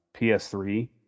PS3